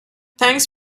thanks